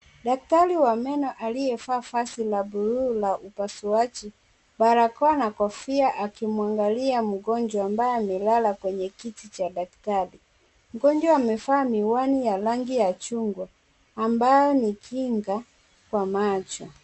Daktari wa meno aliyevaa vazi la bluu la upasuaji, barakoa, na kofia. Akimwangalia mgonjwa ambaye amelala kwenye kiti cha daktari. Mgonjwa amevaa miwani ya rangi ya chungwa, ambayo ni kinga kwa macho.